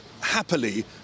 happily